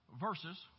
verses